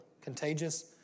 contagious